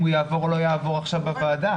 אם הוא יעבור או לא יעבור עכשיו בוועדה.